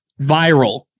viral